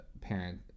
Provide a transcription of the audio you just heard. parent